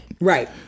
Right